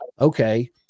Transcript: okay